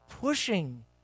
pushing